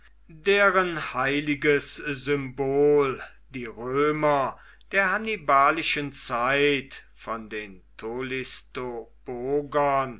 deren heiliges symbol die römer der hannibalischen zeit von den